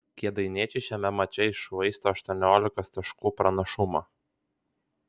kėdainiečiai šiame mače iššvaistė aštuoniolikos taškų pranašumą